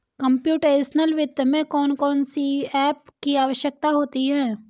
computational वित्त में कौन कौन सी एप की आवश्यकता होती है